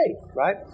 right